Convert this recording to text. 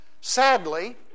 Sadly